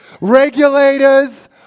Regulators